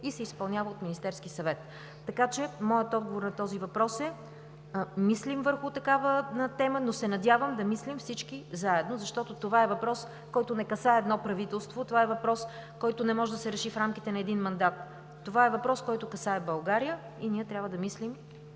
се изпълнява от Министерския съвет. Така че моят отговор на този въпрос е: мислим върху такава тема, но се надявам да мислим всички заедно, защото това е въпрос, който не касае едно правителство. Това е въпрос, който не може да се реши в един мандат. Това е въпрос, който касае България и ние трябва да мислим